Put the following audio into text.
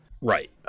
Right